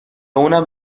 اونم